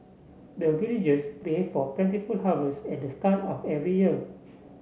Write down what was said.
the villagers pray for plentiful harvest at the start of every year